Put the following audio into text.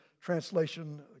translation